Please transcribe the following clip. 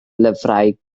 lyfrau